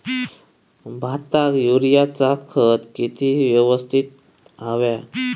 भाताक युरियाचा खत किती यवस्तित हव्या?